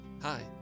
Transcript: Hi